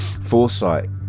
foresight